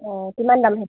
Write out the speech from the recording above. অঁ কিমান দাম হৈছে